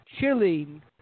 chilling